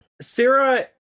Sarah